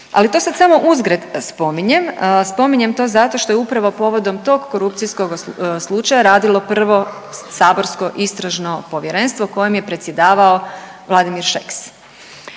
Ali to sad samo uzgred spominjem. Spominjem to zato što je upravo povodom tog korupcijskog slučaja radilo prvo saborsko istražno povjerenstvo kojem je predsjedavao Vladimir Šeks